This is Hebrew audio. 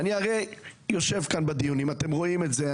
הרי אני יושב כאן בדיונים, אתם רואים את זה.